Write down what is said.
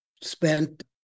spent